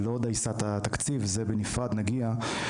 ולא דייסת התקציב, לזה נגיע בנפרד.